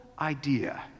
idea